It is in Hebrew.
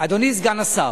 אדוני סגן השר.